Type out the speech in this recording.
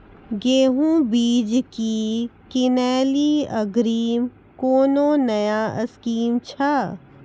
गेहूँ बीज की किनैली अग्रिम कोनो नया स्कीम छ?